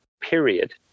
period